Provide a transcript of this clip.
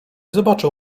zobaczył